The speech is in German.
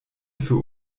für